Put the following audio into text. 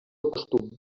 costum